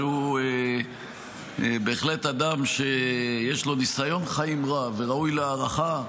שהוא בהחלט אדם שיש לו ניסיון חיים רב וראוי להערכה,